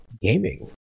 gaming